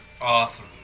Awesome